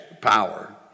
power